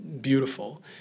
beautiful